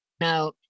Now